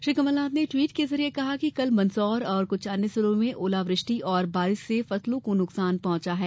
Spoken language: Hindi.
श्री कमलनाथ ने ट्वीट के जरिए कहा कि कल मंदसौर और कुछ अन्य जिलों में ओलावृष्टि और बारिश से फसलों को नुकसान हुआ है